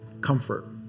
comfort